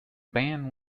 band